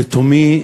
לתומי,